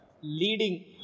leading